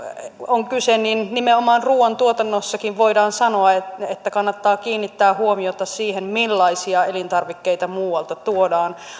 on kyse niin nimenomaan ruoantuotannossakin voidaan sanoa että että kannattaa kiinnittää huomiota siihen millaisia elintarvikkeita muualta tuodaan